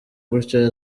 gutyo